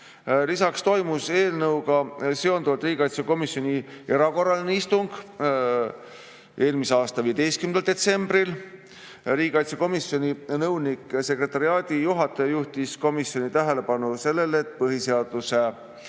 Lisaks toimus eelnõuga seonduvalt riigikaitsekomisjoni erakorraline istung eelmise aasta 15. detsembril. Riigikaitsekomisjoni nõunik-sekretariaadijuhataja juhtis komisjoni tähelepanu sellele, et põhiseaduse